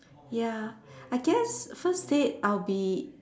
ya I guess first date I'll be